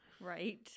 Right